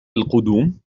القدوم